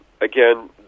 Again